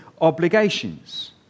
obligations